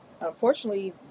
unfortunately